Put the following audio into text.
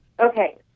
Okay